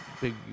big